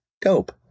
dope